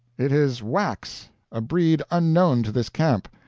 it is wax a breed unknown to this camp.